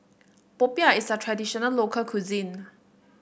Popiah is a traditional local cuisine